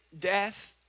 death